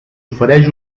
ofereix